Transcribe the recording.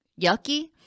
yucky